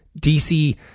DC